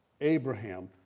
Abraham